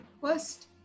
first